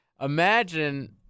Imagine